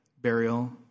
burial